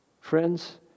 friends